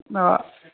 दा